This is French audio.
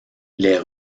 les